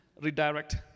Redirect